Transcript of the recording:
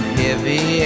heavy